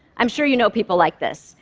i'm sure you know people like this.